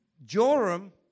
Joram